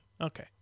Okay